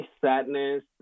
sadness